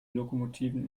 lokomotiven